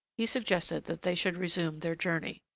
he suggested that they should resume their journey.